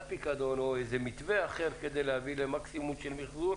פיקדון או מתווה אחר כדי להביא למקסימום מיחזור